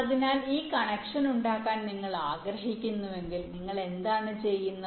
അതിനാൽ ഈ കണക്ഷൻ ഉണ്ടാക്കാൻ നിങ്ങൾ ആഗ്രഹിക്കുന്നുവെങ്കിൽ നിങ്ങൾ എന്താണ് ചെയ്യുന്നത്